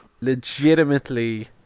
legitimately